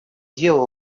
делу